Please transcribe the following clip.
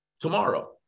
tomorrow